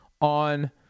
on